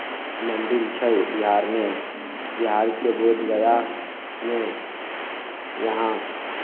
मन्दिर छै बिहारमे बिहारके बोधगयामे यहाँ